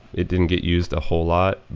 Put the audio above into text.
it didn't get used a whole lot,